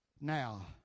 Now